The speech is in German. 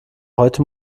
heute